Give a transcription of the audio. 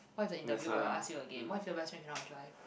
what if the interviewer ask you again what if your best friend cannot drive